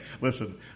listen